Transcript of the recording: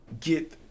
get